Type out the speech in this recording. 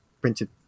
printed